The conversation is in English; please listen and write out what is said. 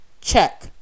Check